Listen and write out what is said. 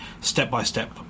step-by-step